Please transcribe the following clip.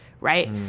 right